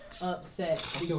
upset